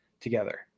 together